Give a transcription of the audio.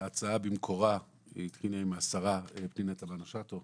ההצעה התחילה במקורה עם השרה פנינה תמנו שטה.